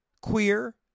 queer